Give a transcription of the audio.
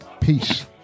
Peace